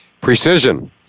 precision